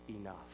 enough